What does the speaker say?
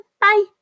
Bye